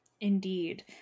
Indeed